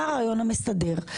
מה הרעיון המסדר?